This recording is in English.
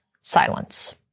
silence